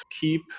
keep